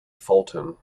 fulton